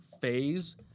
phase